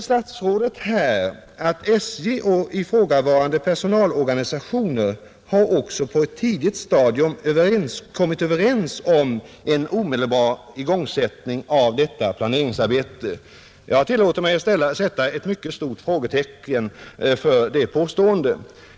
Statsrådet säger vidare: ”SJ och ifrågavarande personalorganisationer har också på ett tidigt stadium kommit överens om en omedelbar igångsättning av detta planeringsarbete.” Jag tillåter mig att sätta ett mycket stort frågetecken för detta påstående.